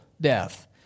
death